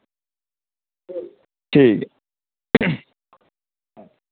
ठीक ऐ